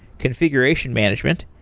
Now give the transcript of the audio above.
configuration management,